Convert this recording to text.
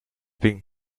been